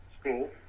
school